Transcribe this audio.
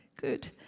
good